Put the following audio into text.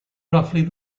roughly